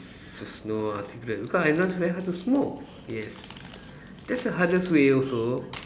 says no ah cigarette because I now very hard to smoke yes that's the hardest way also